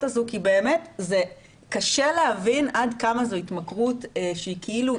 הזו כי באמת קשה להבין עד כמה זו התמכרות שהיא כאילו,